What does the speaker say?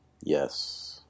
Yes